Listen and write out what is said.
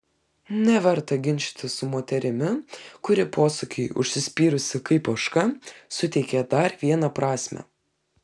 neverta ginčytis su moterimi kuri posakiui užsispyrusi kaip ožka suteikė dar vieną prasmę